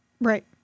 Right